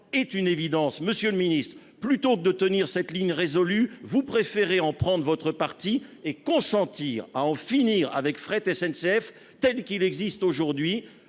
est une évidence, Monsieur le Ministre, plutôt que de tenir cette ligne résolu vous préférez en prendre votre parti et consentir à en finir avec fret SNCF telle qu'il existe aujourd'hui